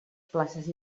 places